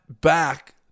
back